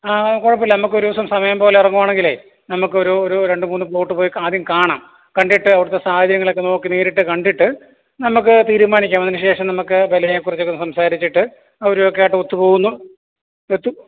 ആ കുഴപ്പമില്ല നമുക്കൊരു ദിവസം സമയം പോലെ ഇറങ്ങുവാണെങ്കിൽ നമുക്കൊരൂരു രണ്ട് മൂന്ന് പ്ലോട്ട് പോയി ആദ്യം കാണാം കണ്ടിട്ട് അവിടുത്തെ സാഹചര്യങ്ങളൊക്കെ നോക്കി നേരിട്ട് കണ്ടിട്ട് നമുക്ക് തീരുമാനിക്കാം അതിനുശേഷം നമുക്ക് വിലയെക്കുറിച്ചൊക്കെ സംസാരിച്ചിട്ട് അവരുവൊക്കെ ആയിട്ട് ഒത്തുപോകുന്നു ന്നിത്തു